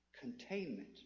Containment